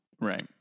Right